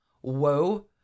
Whoa